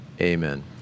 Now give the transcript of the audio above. amen